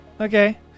okay